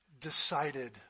decided